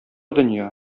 дөнья